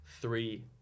three